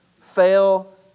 fail